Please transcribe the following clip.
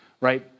right